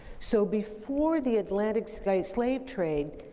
so, before the atlantic slave slave trade